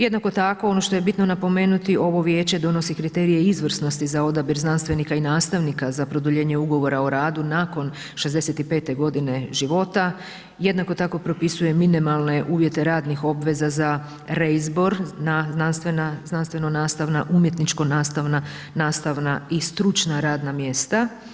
Jednako tako ono što je bitno napomenuti ovo vijeće donosi kriterije izvrsnosti za odabir znanstvenika i nastavnika za produljenje Ugovora o radu nakon 65.g. života, jednako tako propisuje minimalne uvjete radnih obveza za reizbor na znanstveno nastavna, umjetničko nastavna, nastavna i stručna radna mjesta.